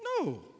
No